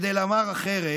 כדי לומר אחרת,